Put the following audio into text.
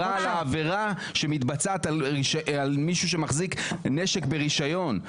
היא דיברה על עבירה שמתבצעת על מישהו שמחזיק נשק ברישיון.